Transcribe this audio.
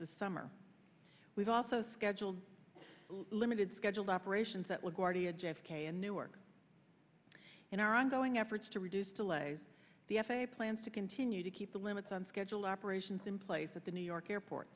this summer we've also scheduled a limited schedule operations that will guardia j f k and newark in our ongoing efforts to reduce delays the f a a plans to continue to keep the limits on schedule operations in place at the new york airport